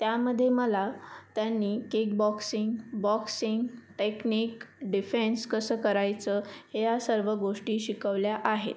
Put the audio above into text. त्यामध्ये मला त्यांनी kick boxing boxing technique defence कसं करायचं ह्या सर्व गोष्टी शिकवल्या आहेत